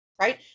right